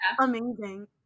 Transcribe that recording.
amazing